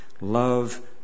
love